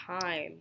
time